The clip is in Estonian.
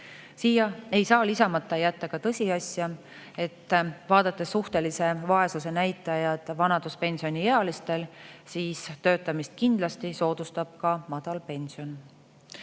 Ei saa lisamata jätta ka tõsiasja, et vaadates suhtelise vaesuse näitajaid vanaduspensioniealistel, soodustab töötamist kindlasti ka madal pension.